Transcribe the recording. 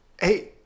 Hey